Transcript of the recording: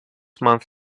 month